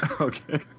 okay